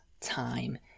time